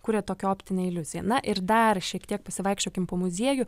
kuria tokią optinę iliuziją na ir dar šiek tiek pasivaikščiokim po muziejų